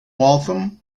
waltham